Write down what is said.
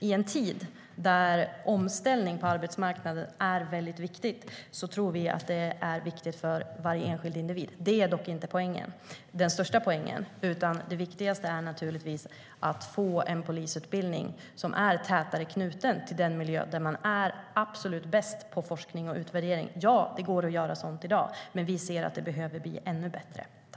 I en tid när omställning på arbetsmarknaden är viktigt tror vi att det är viktigt för varje enskild individ.